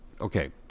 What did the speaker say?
okay